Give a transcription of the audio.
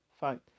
fine